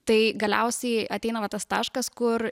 tai galiausiai ateina va tas taškas kur